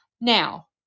Now